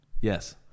Yes